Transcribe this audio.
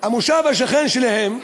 המושב השכן שלהם,